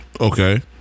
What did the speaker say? Okay